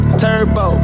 turbo